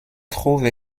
trouve